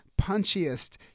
punchiest